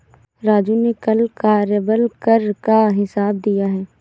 राजू ने कल कार्यबल कर का हिसाब दिया है